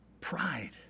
Pride